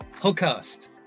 podcast